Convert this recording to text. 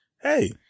Hey